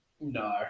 No